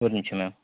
ஒரு நிமிஷம் மேம்